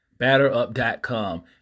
BatterUp.com